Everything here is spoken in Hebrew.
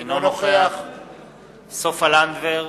אינו נוכח סופה לנדבר,